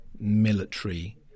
military